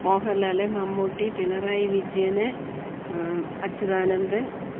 Mohanlal Mammootty Pinarayi Vijayan Achuthanandan